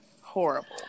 horrible